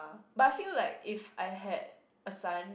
but I feel like if I had a son